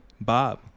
Bob